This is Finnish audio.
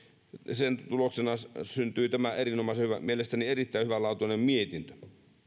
sen tuloksena syntyi tämä erinomaisen hyvä mielestäni erittäin hyvälaatuinen mietintö